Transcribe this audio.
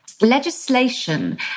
legislation